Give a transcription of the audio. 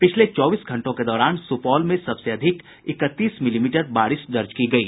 पिछले चौबीस घंटों के दौरान सुपौल में सबसे अधिक इकतीस मिलीमीटर बारिश दर्ज की गयी